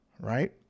Right